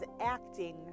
acting